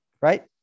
right